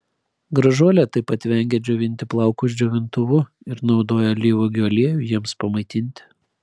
gražuolė taip pat vengia džiovinti plaukus džiovintuvu ir naudoja alyvuogių aliejų jiems pamaitinti